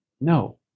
No